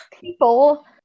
people